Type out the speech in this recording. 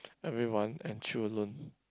everyone and chill alone